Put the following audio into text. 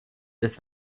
des